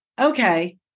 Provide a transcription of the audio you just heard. Okay